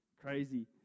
crazy